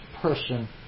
person